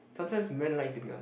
sometimes men like to be on